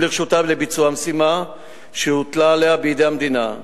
לרשותה לביצוע המשימה שהוטלה עליה בידי המדינה.